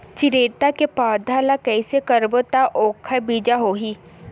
चिरैता के पौधा ल कइसे करबो त ओखर बीज होई?